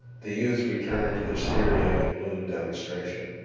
the youth returned to his theory of a blue demonstration.